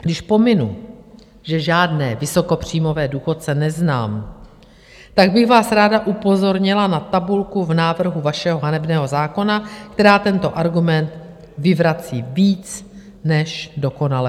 Když pominu, že žádné vysokopříjmové důchodce neznám, tak bych vás ráda upozornila na tabulku v návrhu vašeho hanebného zákona, která tento argument vyvrací víc než dokonale.